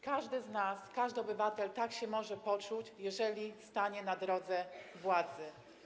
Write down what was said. Każdy z nas, każdy obywatel może się tak poczuć, jeżeli stanie na drodze władzy.